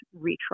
retry